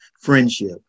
friendship